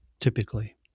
typically